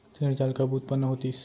ऋण जाल कब उत्पन्न होतिस?